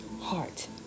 heart